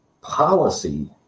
policy